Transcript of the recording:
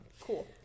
Cool